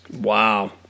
Wow